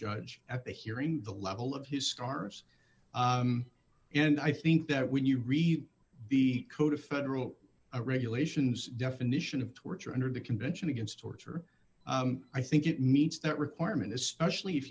judge at the hearing the level of his scars and i think that when you read the code of federal regulations definition of torture under the convention against torture i think it meets that requirement especially if